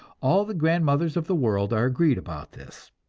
all the grandmothers of the world are agreed about this.